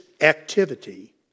activity